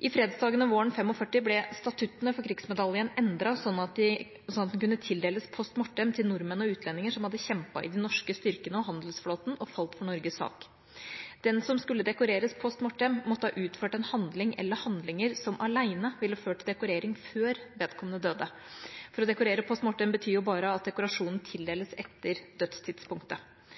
I fredsdagene våren 1945 ble statuttene for Krigsmedaljen endret, sånn at den kunne tildeles post mortem til nordmenn og utlendinger som hadde kjempet i de norske styrkene og handelsflåten og falt for Norges sak. Den som skulle dekoreres post mortem, måtte ha utført en handling eller handlinger som alene ville ført til dekorering før vedkommende døde – for å dekorere post mortem betyr jo bare at dekorasjonen tildeles etter dødstidspunktet.